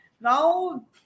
now